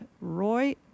Roy